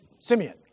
Simeon